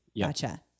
Gotcha